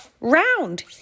Round